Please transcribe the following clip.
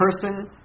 person